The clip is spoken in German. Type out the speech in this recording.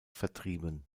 vertrieben